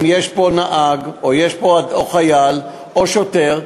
אם יש פה נהג או חייל או שוטר,